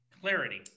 Clarity